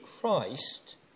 Christ